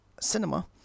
cinema